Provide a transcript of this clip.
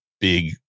big